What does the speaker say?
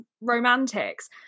romantics